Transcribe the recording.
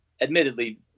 admittedly